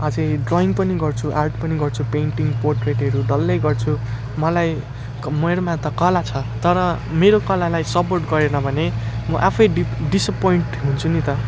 अझै ड्रइङ पनि गर्छु आर्ट पनि गर्छु पेन्टिङ पोर्ट्रेटहरू डल्लै गर्छु मलाई मेरोमा त कला छ तर मेरो कलालाई सपोर्ट गरेन भने म आफै डी डिसअपोइन्ट हुन्छु नि त